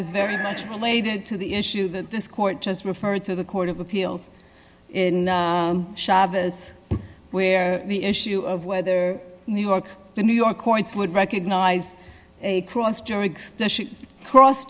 is very much related to the issue that this court just referred to the court of appeals in schabas where the issue of whether new york the new york courts would recognize a cross during cross